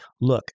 look